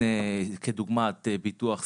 כדוגמת ביטוח סיעודי,